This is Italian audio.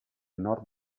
nord